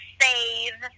save